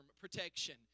protection